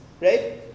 Right